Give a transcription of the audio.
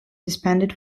suspended